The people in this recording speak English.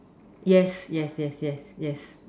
yes yes yes yes yes